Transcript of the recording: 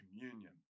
communion